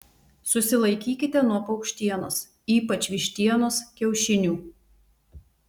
susilaikykite nuo paukštienos ypač vištienos kiaušinių